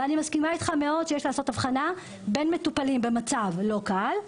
אני מאוד מסכימה איתך שצריך לעשות הבחנה בין מטופלים במצב לא קל.